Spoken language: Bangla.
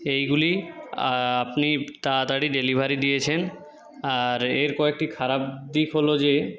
এইগুলি আপনি তাড়াতাড়ি ডেলিভারি দিয়েছেন আর এর কয়েকটি খারাপ দিক হল যে